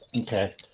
Okay